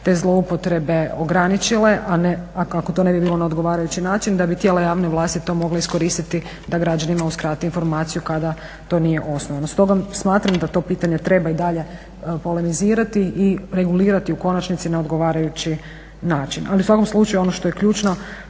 te zloupotrebe ograničile, a ne ako to ne bi bilo na odgovarajući način da bi tijela javne vlasti to mogle iskoristiti da građanima uskrate informaciju kada to nije osnovno. Stoga smatram da to pitanje treba i dalje polemizirati i regulirati u konačnici na odgovarajući način. Ali u svakom slučaju ono što je ključno